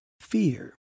fear